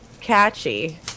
...catchy